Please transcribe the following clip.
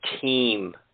team